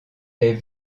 est